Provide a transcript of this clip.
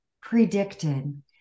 predicted